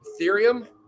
Ethereum